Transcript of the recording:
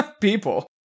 people